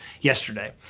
yesterday